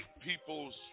people's